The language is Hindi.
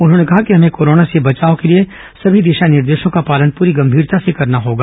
उन्होंने कहा कि हमें कोरोना से बचाव के लिए समी दिशा निर्देशों का पालन पूरी गंभीरता से करना होगा